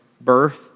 birth